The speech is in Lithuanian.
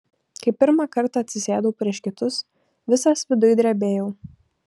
kai pirmą kartą atsisėdau prieš kitus visas viduj drebėjau